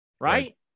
Right